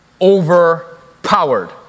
overpowered